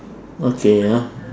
okay ya